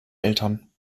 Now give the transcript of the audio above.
eltern